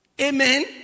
Amen